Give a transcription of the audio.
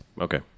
Okay